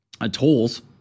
atolls